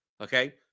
Okay